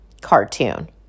cartoon